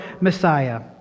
Messiah